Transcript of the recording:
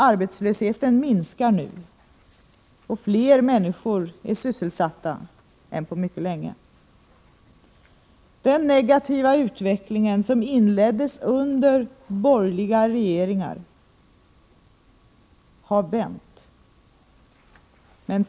Arbetslösheten minskar nu och fler människor är sysselsatta än på mycket länge. Den negativa utvecklingen, som inleddes under borgerliga regeringar, har vänt.